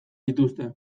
dituzte